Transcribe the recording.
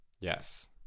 yes